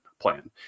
Plan